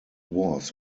was